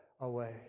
away